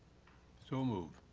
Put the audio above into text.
so moved.